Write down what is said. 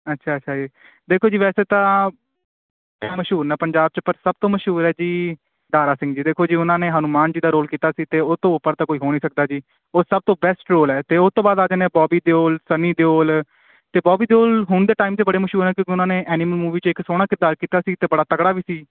ਅੱਛਾ ਅੱਛਾ ਜੀ ਦੇਖੋ ਜੀ ਵੈਸੇ ਤਾਂ ਮਸ਼ਹੂਰ ਨੇ ਪੰਜਾਬ 'ਚ ਪਰ ਸਭ ਤੋਂ ਮਸ਼ਹੂਰ ਹੈ ਜੀ ਦਾਰਾ ਸਿੰਘ ਜੀ ਦੇਖੋ ਜੀ ਉਹਨਾਂ ਨੇ ਹਨੂੰਮਾਨ ਜੀ ਦਾ ਰੋਲ ਕੀਤਾ ਸੀ ਅਤੇ ਉਹ ਤੋਂ ਉੱਪਰ ਤਾਂ ਕੋਈ ਹੋ ਨਹੀਂ ਸਕਦਾ ਜੀ ਉਹ ਸਭ ਤੋਂ ਬੈਸਟ ਰੋਲ ਹੈ ਅਤੇ ਉਸ ਤੋਂ ਬਾਅਦ ਆ ਜਾਂਦੇ ਨੇ ਬੋਬੀ ਦਿਓਲ ਸਨੀ ਦਿਓਲ ਅਤੇ ਬੋਬੀ ਦਿਓਲ ਹੁਣ ਦੇ ਟਾਈਮ 'ਤੇ ਬੜੇ ਮਸ਼ਹੂਰ ਹਨ ਕਿਉਂਕਿ ਉਹਨਾਂ ਨੇ ਐਨੀਮਲ ਮੂਵੀ 'ਚ ਇੱਕ ਸੋਹਣਾ ਕਿਰਦਾਰ ਕੀਤਾ ਸੀ ਅਤੇ ਬੜਾ ਤਗੜਾ ਵੀ ਸੀ